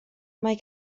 mae